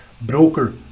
broker